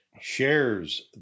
shares